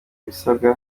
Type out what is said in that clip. ibisabwa